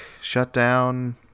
shutdown